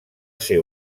ser